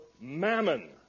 mammon